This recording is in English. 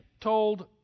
told